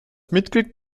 mitglied